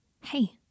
Hey